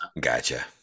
Gotcha